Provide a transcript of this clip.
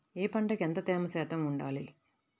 ఏ పంటకు ఎంత తేమ శాతం ఉండాలి?